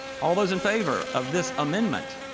all those in favor of this amendment.